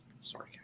Sorry